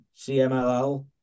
CMLL